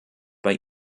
bei